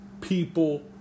people